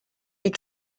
est